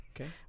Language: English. Okay